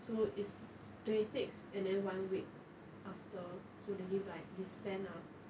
so is twenty six and then one week after so they give like this plan lah